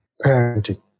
parenting